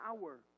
power